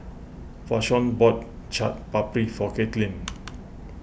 Vashon bought Chaat Papri for Kaitlyn